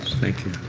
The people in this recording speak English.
thank you.